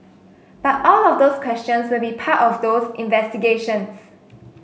but all of those questions will be part of those investigations